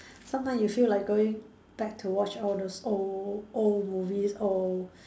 sometimes you feel like going back to watch all those old old movies old